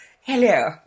Hello